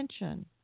attention